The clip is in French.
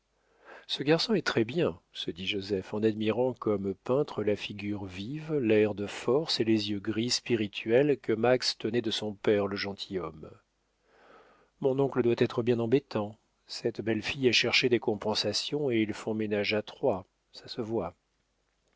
ce garçon est très-bien se dit joseph en admirant comme peintre la figure vive l'air de force et les yeux gris spirituels que max tenait de son père le gentilhomme mon oncle doit être bien embêtant cette belle fille a cherché des compensations et ils font ménage à trois ça se voit